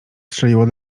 strzeliło